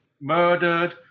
murdered